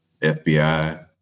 FBI